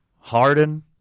Harden